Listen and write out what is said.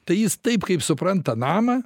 tai jis taip kaip supranta namą